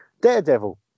Daredevil